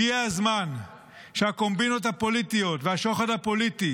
הגיע הזמן שהקומבינות הפוליטיות והשוחד הפוליטי